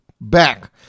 back